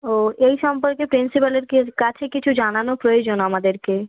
ও এই সম্পর্কে প্রিন্সিপালের কে কাছে কিছু জানানো প্রয়োজন আমাদেরকে